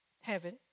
heaven